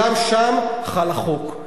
גם שם חל החוק.